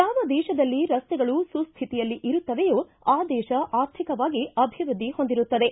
ಯಾವ ದೇಶದಲ್ಲಿ ರಸ್ತೆಗಳು ಸುಸ್ಹಿತಿಯಲ್ಲಿ ಇರುತ್ತವೆಯೋ ಆ ದೇಶ ಆರ್ಥಿಕವಾಗಿ ಅಭಿವೃದ್ದಿ ಹೊಂದಿರುತ್ತದೆ